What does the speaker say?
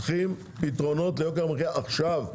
צריך פתרונות ליוקר המחיה עכשיו,